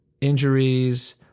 injuries